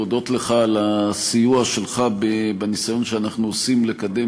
להודות לך על הסיוע שלך בניסיון שאנחנו עושים לקדם